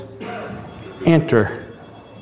enter